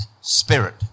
spirit